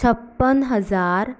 छप्पन हजार